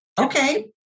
Okay